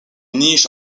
niche